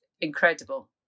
incredible